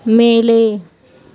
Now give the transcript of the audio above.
மேலே